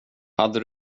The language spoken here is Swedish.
hade